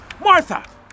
Martha